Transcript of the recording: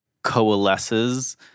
Coalesces